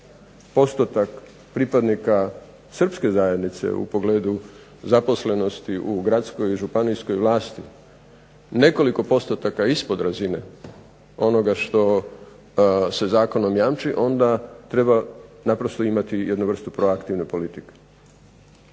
postotak pripadnika srpske zajednice u pogledu zaposlenosti u gradskoj i županijskoj vlasti nekoliko postotaka ispod razine onoga što se zakonom jamči onda treba naprosto imati jednu vrstu proaktivne politike.